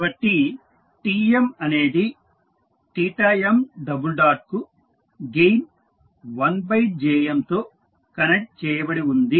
కాబట్టి Tm అనేది m తో గెయిన్ 1Jm తో కనెక్ట్ చేయబడి ఉంది